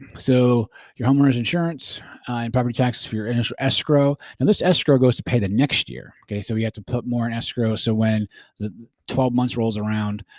so your homeowners insurance and property taxes for your and escrow escrow and this escrow goes to pay the next year, okay. so you have to put more in escrow so when the twelve months rolls around,